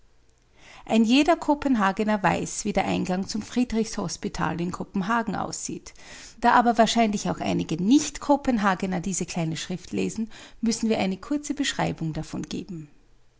ein jeder kopenhagener weiß wie der eingang zum friedrichshospital in kopenhagen aussieht da aber wahrscheinlich auch einige nichtkopenhagener diese kleine schrift lesen müssen wir eine kurze beschreibung davon geben